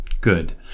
Good